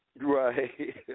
Right